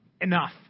enough